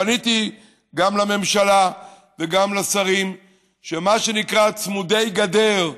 פניתי גם לממשלה וגם לשרים שמה שנקרא "צמודי גדר"